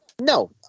No